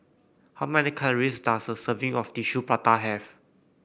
how many calories does a serving of Tissue Prata have